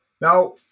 Now